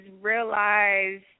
realize